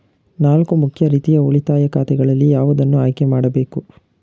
ನಾಲ್ಕು ಮುಖ್ಯ ರೀತಿಯ ಉಳಿತಾಯ ಖಾತೆಗಳಲ್ಲಿ ಯಾವುದನ್ನು ಆಯ್ಕೆ ಮಾಡಬೇಕು?